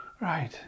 Right